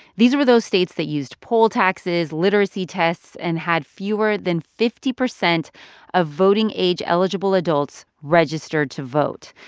these were those states that used poll taxes, literacy tests and had fewer than fifty percent of voting-age-eligible adults registered to vote.